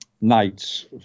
nights